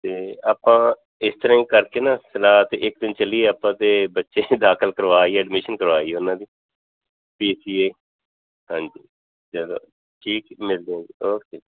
ਅਤੇ ਆਪਾਂ ਇਸ ਤਰ੍ਹਾਂ ਹੀ ਕਰਕੇ ਨਾ ਸਲਾਹ ਅਤੇ ਇੱਕ ਦਿਨ ਚੱਲੀਏ ਆਪਾਂ ਅਤੇ ਬੱਚੇ ਦਾਖ਼ਲ ਕਰਵਾ ਆਈਏ ਐਡਮਿਸ਼ਨ ਕਰਵਾ ਆਈਏ ਉਹਨਾਂ ਦੀ ਪੀ ਸੀ ਏ ਹਾਂਜੀ ਚਲੋ ਠੀਕ ਮਿਲਦੇ ਹਾਂ ਜੀ ਓਕੇ